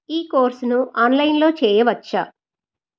ఈ కోర్సును ఆన్లైన్లో చేయవచ్చా